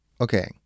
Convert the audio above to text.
Okay